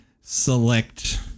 select